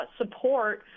support